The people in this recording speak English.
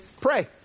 Pray